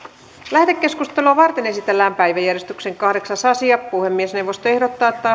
lähetekeskustelua varten esitellään päiväjärjestyksen kahdeksas asia puhemiesneuvosto ehdottaa että